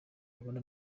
rubone